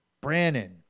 Brannon